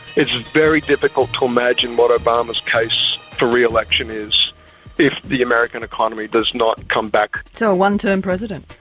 it's very difficult to imagine what obama's case for re-election is if the american economy does not come back. so a one-term president?